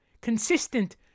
Consistent